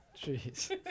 Jeez